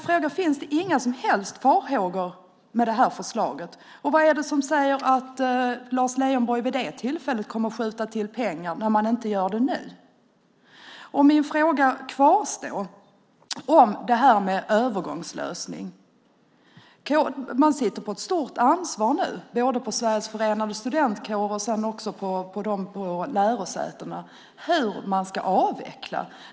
Finns det inga som helst farhågor med förslaget? Vad är det som säger att Lars Leijonborg vid ett senare tillfälle kommer att skjuta till pengar om man inte gör det nu? Min fråga om en övergångslösning kvarstår. Man sitter nu med ett stort ansvar både hos Sveriges Förenade Studentkårer och hos lärosätena när det gäller hur man ska avveckla.